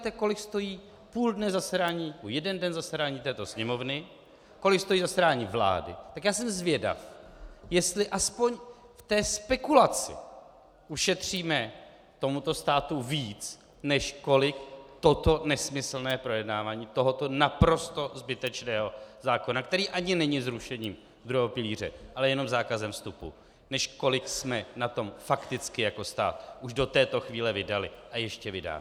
A když si vezmete, kolik stojí půl dne nebo jeden den zasedání této Sněmovny, kolik stojí zasedání vlády, tak já jsem zvědav, jestli aspoň v té spekulaci ušetříme tomuto státu víc, než kolik toto nesmyslné projednávání tohoto naprosto zbytečného zákona, který ani není zrušením druhého pilíře, ale jenom zákazem vstupu, než kolik jsme na to fakticky jako stát už do této chvíle vydali a ještě vydáme.